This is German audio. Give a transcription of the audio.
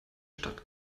stadt